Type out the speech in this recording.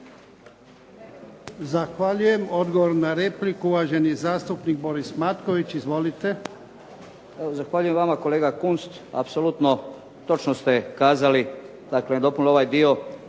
Zahvaljujem. Odgovor na repliku, uvaženi zastupnik Boris Matković. Izvolite. **Matković, Borislav (HDZ)** Evo zahvaljujem vama kolega Kunst. Apsolutno točno ste kazali, dakle nadopunili ovaj dio